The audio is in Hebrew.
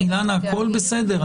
הכול בסדר.